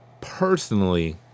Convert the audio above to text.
Personally